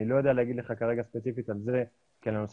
אני לא יודע לומר לך כרגע ספציפית על זה כי בנושא